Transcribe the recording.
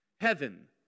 heaven